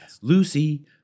Lucy